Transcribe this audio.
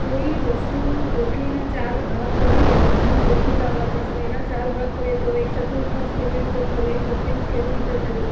કોઈ વસ્તુ રોટલીના ચાર ભાગ કરીએ બધાને રોટલી લાવા કહેશે ને એના ચાર ભાગ કરે તો એક ચતુર્થાન્શ કેવી રીતે થયું એક તૃતિયાંશ કેવી રીતે થયું